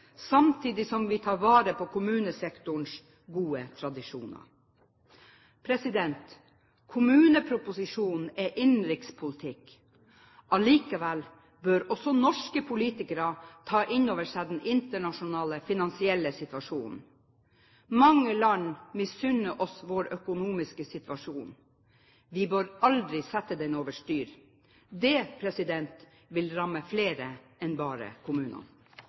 samtidig som vi tar vare på kommunesektorens gode tradisjoner. Kommuneproposisjonen er innenrikspolitikk – allikevel bør også norske politikere ta inn over seg den internasjonale finansielle situasjonen. Mange land misunner oss vår økonomiske situasjon. Vi bør aldri sette den over styr! Det vil ramme flere enn bare kommunene.